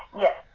Yes